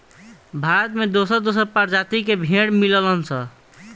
भारत में दोसर दोसर प्रजाति के भेड़ मिलेलन सन